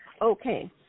Okay